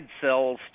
cells